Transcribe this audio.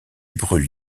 brûle